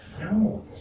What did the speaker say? No